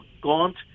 gaunt